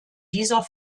dieser